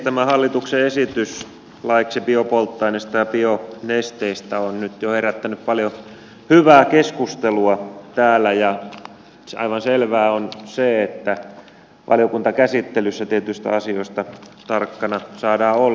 tämä hallituksen esitys laiksi biopolttoaineista ja bionesteistä on nyt jo herättänyt paljon hyvää keskustelua täällä ja aivan selvää on se että valiokuntakäsittelyssä tietyistä asioista tarkkana saadaan olla